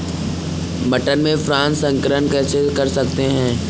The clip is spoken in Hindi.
मटर में क्रॉस संकर कैसे कर सकते हैं?